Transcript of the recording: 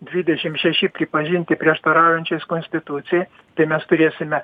dvidešim šeši pripažinti prieštaraujančiais konstitucijai tai mes turėsime